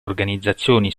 organizzazioni